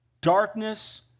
darkness